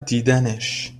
دیدنش